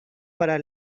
para